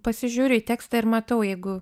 pasižiūriu į tekstą ir matau jeigu